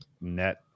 net